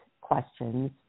questions